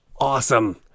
awesome